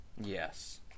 Yes